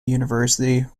university